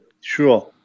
sure